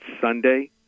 Sunday